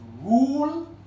rule